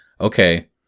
Okay